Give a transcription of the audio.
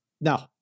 No